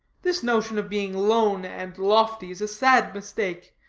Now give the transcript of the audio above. this notion of being lone and lofty is a sad mistake.